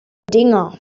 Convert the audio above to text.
dinger